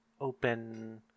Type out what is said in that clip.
open